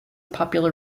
popular